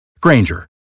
Granger